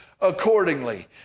accordingly